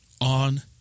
on